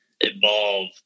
evolve